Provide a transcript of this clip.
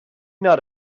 not